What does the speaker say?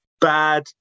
bad